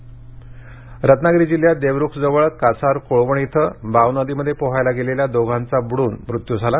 रत्नागिरी रत्नागिरी जिल्ह्यात देवरूखजवळ कासारकोळवण इथं बावनदीमध्ये पोहायला गेलेल्या दोघांचा बुडून मृत्यू झाला